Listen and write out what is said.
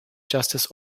justice